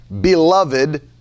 beloved